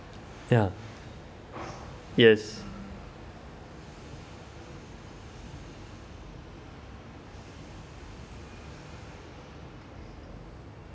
ya yes